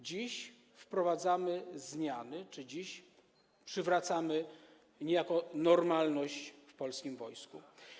Dziś wprowadzamy zmiany czy dziś przywracamy niejako normalność w polskim wojsku.